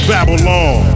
Babylon